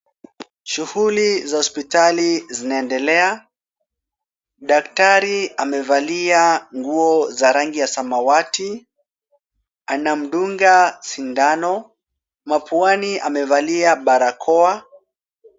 Shughuli za hospitali zinaendelea , daktari amevalia nguo za rangi ya samawati, anamdunga sindano mapuani amevalia barakoa .